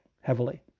heavily